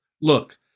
Look